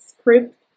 script